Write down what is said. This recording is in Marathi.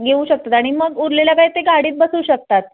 येऊ शकतात आणि मग उरलेल्या काय ते गाडीत बसू शकतात